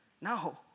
No